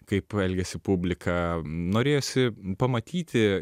kaip elgiasi publika norėjosi pamatyti